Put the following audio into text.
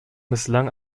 misslang